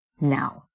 now